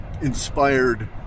inspired